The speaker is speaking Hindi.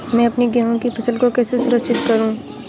मैं अपनी गेहूँ की फसल को कैसे सुरक्षित करूँ?